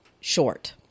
short